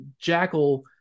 jackal